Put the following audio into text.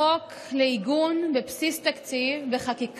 הצעת החוק לעיגון סוגיית חדרי המיון הקדמיים בבסיס תקציב בחקיקה,